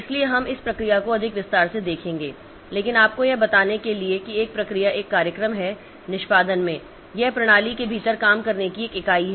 इसलिए हम इस प्रक्रिया को अधिक विस्तार से देखेंगे लेकिन आपको यह बताने के लिए कि एक प्रक्रिया एक कार्यक्रम है निष्पादन में यह प्रणाली के भीतर काम करने की एक इकाई है